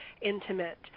intimate